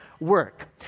work